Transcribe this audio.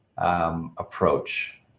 Approach